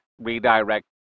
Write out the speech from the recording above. redirect